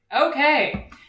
Okay